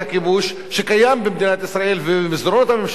שקיים במדינת ישראל ובמסדרונות הממשלה של ישראל,